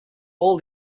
all